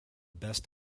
best